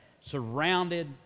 surrounded